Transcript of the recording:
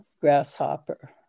Grasshopper